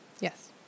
Yes